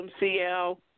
MCL